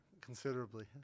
Considerably